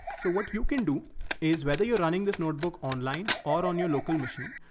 so what you can do is whether you're running this notebook online or on your local machine,